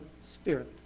spirit